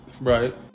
Right